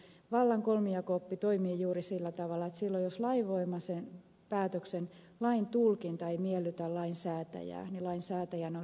vistbackalle että vallan kolmijako oppi toimii juuri sillä tavalla että silloin jos lainvoimaisen päätöksen lain tulkinta ei miellytä lainsäätäjää niin lainsäätäjän on reagoitava